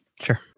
Sure